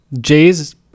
Jays